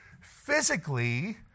physically